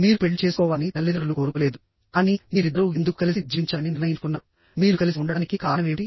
మీరు పెళ్లి చేసుకోవాలని తల్లిదండ్రులు కోరుకోలేదు కానీ మీరిద్దరూ ఎందుకు కలిసి జీవించాలని నిర్ణయించుకున్నారు మీరు కలిసి ఉండడానికి కారణమేమిటి